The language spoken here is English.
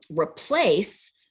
replace